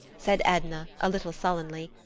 said edna, a little sullenly.